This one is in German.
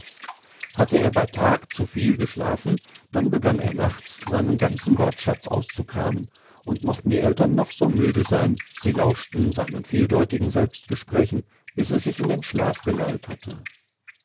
hatte er bei tag zu viel geschlafen dann begann er nachts seinen ganzen wortschatz auszukramen und mochten die eltern noch so müde sein sie lauschten seinen vieldeutigen selbstgesprächen bis er sich in den schlaf gelallt hatte